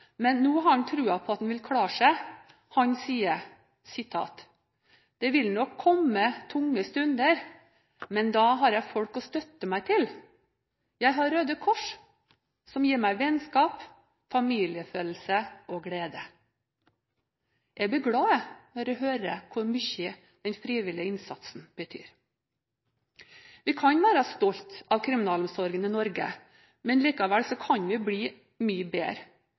men nå har han troen på at han vil klare seg. Han sier: «Det vil nok komme tunge stunder, men da har jeg folk å støtte meg til. Jeg har Røde Kors, som gir meg vennskap, familiefølelse og glede.» Jeg blir glad når jeg hører hvor mye den frivillige innsatsen betyr. Vi kan være stolte av kriminalomsorgen i Norge, men likevel kan vi bli mye bedre.